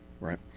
right